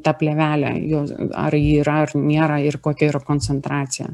tą plėvelę jos ar ji yra ar nėra ir kokia yra koncentracija